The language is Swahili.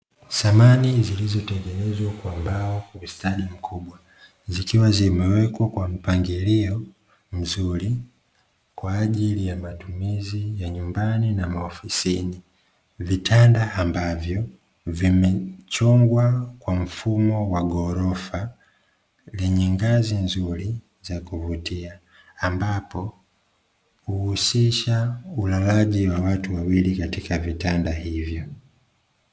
Samani zilizotengenezwa kwa mbao na ustadi mkubwa, zikiwa zimewekwa kwa mpangilio mzuri kwa ajili ya matumizi ya nyumbani na maofisini. Vitanda ambavyo vimechongwa kwa mfumo wa ghorofa lenye ngazi nzuri za kuvutia, ambapo uhusisha ulalaji wa watu wawili katika vitanda hivyo.